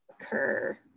occur